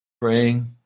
Praying